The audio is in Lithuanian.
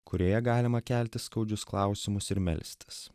kurioje galima kelti skaudžius klausimus ir melstis